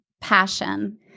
passion